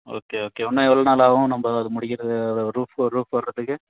okay okay இன்னும் எவ்வளவோ நாள் ஆவும் நம்ப அதை முடிக்கிறது ரூஃபு ரூஃப் போடுகிறதுக்கு